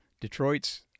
Detroit's